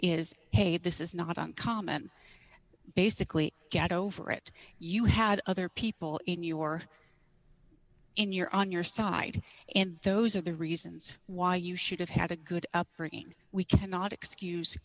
is hey this is not uncommon basically get over it you had other people in your in your on your side and those are the reasons why you should have had a good upbringing we cannot excuse